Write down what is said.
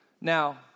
Now